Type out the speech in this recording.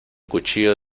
cuchillo